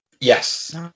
Yes